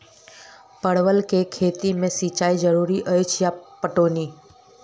परवल केँ खेती मे सिंचाई जरूरी अछि या पटौनी?